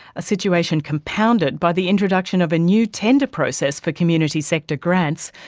a situation compounded by the introduction of a new tender process for community sector grants,